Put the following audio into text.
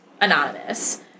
anonymous